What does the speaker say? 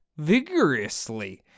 vigorously